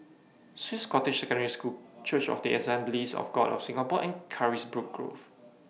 Swiss Cottage Secondary School Church of The Assemblies of God of Singapore and Carisbrooke Grove